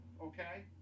Okay